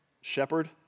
shepherd